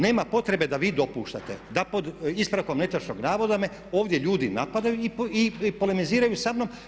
Nema potrebe da vi dopuštate da pod ispravkom netočnog navoda me ovdje ljudi napadaju i polemiziraju samnom.